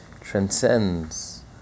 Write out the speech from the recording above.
transcends